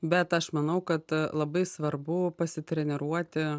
bet aš manau kad labai svarbu pasitreniruoti